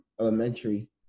elementary